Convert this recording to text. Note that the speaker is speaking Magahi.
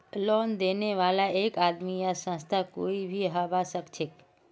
लोन देने बाला एक आदमी या संस्था कोई भी हबा सखछेक